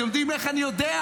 אתם יודעים איך אני יודע?